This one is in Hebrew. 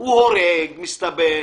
הוא הורג מסתבר,